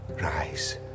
rise